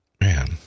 Man